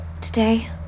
Today